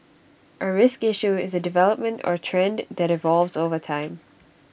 A risk issue is A development or trend that evolves over time